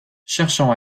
cherchons